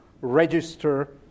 register